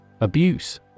Abuse